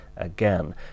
again